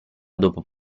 dopo